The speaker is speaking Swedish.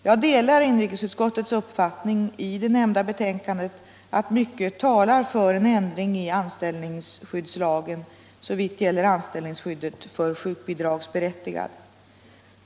Jag delar inrikesutskottets uppfattning i det nämnda betänkandet att mycket talar för en ändring i anställningsskyddslagen såvitt gäller anställningsskyddet för sjukbidragsberättigad.